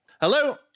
Hello